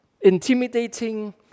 intimidating